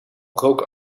rook